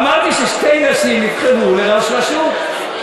אמרתי ששתי נשים נבחרו לראש רשות.